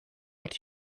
what